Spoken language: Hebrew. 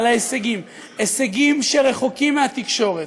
על ההישגים, הישגים שרחוקים מהתקשורת,